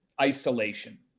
isolation